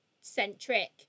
centric